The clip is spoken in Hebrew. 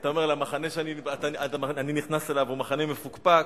המחנה שאני נכנס אליו הוא מחנה מפוקפק,